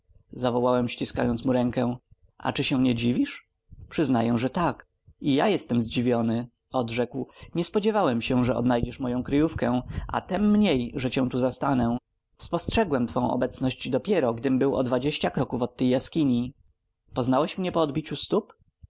ściskając mu rękę a czy się nie dziwisz zagadnął przyznaję że tak i ja jestem zdziwiony odrzekł nie spodziewałem się że odnajdziesz moją kryjówkę a tem mniej że cię tu zastanę spostrzegłem twą obecność dopiero gdym był o dwadzieścia kroków od tej jaskini poznałeś mnie po odbiciu stóp